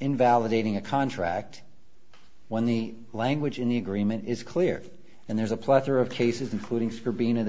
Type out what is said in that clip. invalidating a contract when the language in the agreement is clear and there's a plethora of cases including for being of the